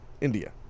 India